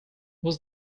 was